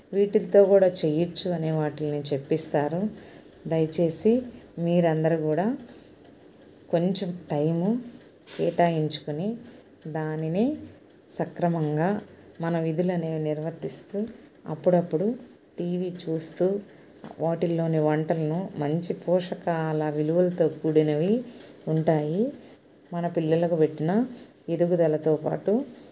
వీటితో కూడా చెయ్యొచ్చు అనే వాటినే చెప్పిస్తారు దయచేసి మీరందరూ కూడా కొంచెం టైము కేటాయించుకొని దానిని సక్రమంగా మన విధులనేవి నిర్వర్థిస్తూ అప్పుడప్పుడు టీవీ చూస్తూ వాటిల్లోని వంటలను మంచి పోషకాల విలువలతో కూడినవి ఉంటాయి మన పిల్లలకు పెట్టిన ఎదుగుదలతో పాటు